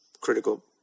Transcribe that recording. critical